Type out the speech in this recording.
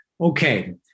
Okay